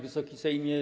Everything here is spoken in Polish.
Wysoki Sejmie!